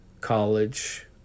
college